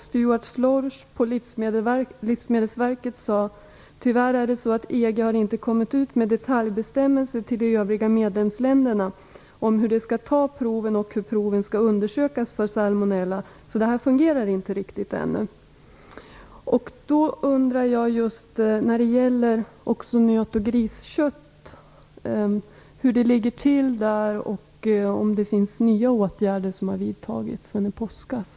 Stuart Slorach på Livsmedelsverket sade: Tyvärr har EG inte kommit ut med detaljbestämmelser till de övriga medlemsländerna om hur de skall ta prover och hur proven skall undersökas vad gäller salmonella. Detta fungerar inte riktigt ännu. Jag undrar hur det ligger till när det gäller nöt och griskött och om nya åtgärder har vidtagits sedan i påskas.